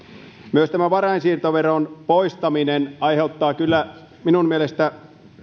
myös varainsiirtoveron poistaminen aiheuttaa kyllä minun mielestäni